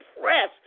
press